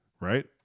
right